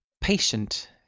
patient